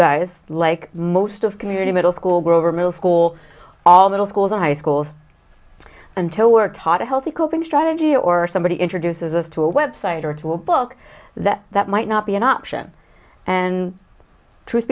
guys like most of community middle school grover middle school all middle schools and high schools until we're taught a healthy coping strategy or somebody introduces us to a website or to a book that that might not be an option and truth